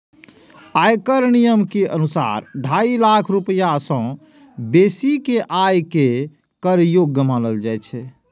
आयकर नियम के अनुसार, ढाई लाख रुपैया सं बेसी के आय कें कर योग्य मानल जाइ छै